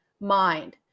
mind